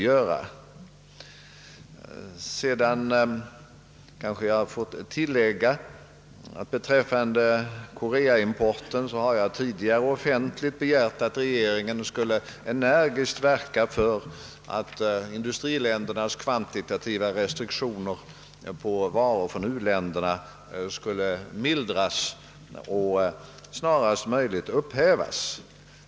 Vad beträffar importen från Korea vill jag tillägga att jag tidigare offentligt har begärt att regeringen skulle energiskt verka för att industriländernas kvantitativa restriktioner för varor från u-länderna mildras och snarast möjligt upphävs.